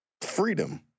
Freedom